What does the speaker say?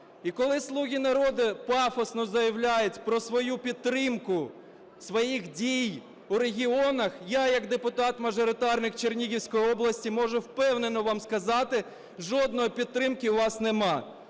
І коли "слуги народу" пафосно заявляють про свою підтримку своїх дій у регіонах, я як депутат-мажоритарник Чернігівської області можу впевнено вам сказати, жодної підтримки у вас нема.